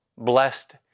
Blessed